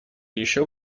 еще